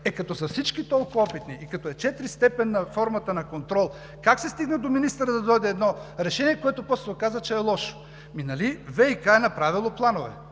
Е, като са всички толкова опитни и като е четиристепенна формата на контрол, как се стигна до министъра да дойде едно решение, което после се оказа, че е лошо? Нали ВиК е направило планове,